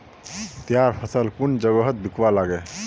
तैयार फसल कुन जगहत बिकवा लगे?